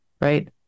right